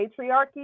patriarchy